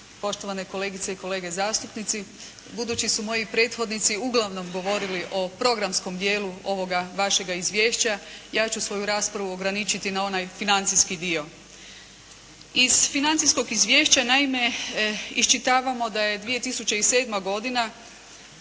poštovane kolegice i kolege zastupnici. Budući su moji prethodnici uglavnom govorili o programskom dijelu ovoga vašega izvješća, ja ću svoju raspravu ograničiti na onaj financijski dio. Iz financijskog izvješća, naime, iščitavamo da je 2007. godina